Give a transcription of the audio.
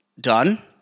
done